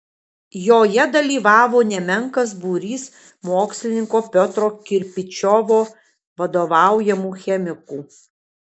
joje dalyvavo nemenkas būrys mokslininko piotro kirpičiovo vadovaujamų chemikų